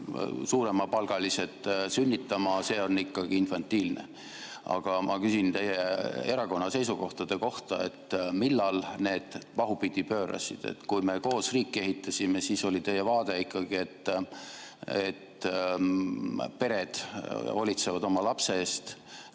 suuremapalgalised sünnitama, see on ikkagi infantiilne. Aga ma küsin teie erakonna seisukohtade kohta. Millal need pahupidi pöörasid? Kui me koos riiki ehitasime, siis oli teie vaade ikkagi, et pered hoolitsevad oma lapse eest,